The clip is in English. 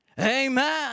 Amen